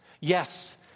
yes